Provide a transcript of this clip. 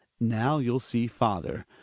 now you'll see father.